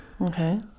Okay